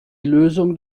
lösung